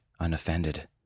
unoffended